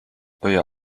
euer